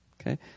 Okay